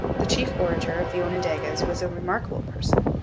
the chief orator of the onondagas was a remarkable person,